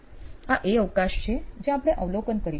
આ એ અવકાશ છે જ્યાં આપણે અવલોકન કરીશું